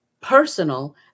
personal